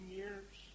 years